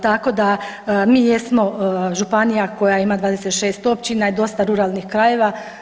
Tako da mi jesmo županija koja ima 26 općina i dosta ruralnih krajeva.